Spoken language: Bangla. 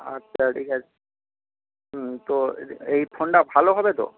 আচ্ছা ঠিক আছে হুম তো এই ফোনটা ভালো হবে তো